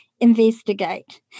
investigate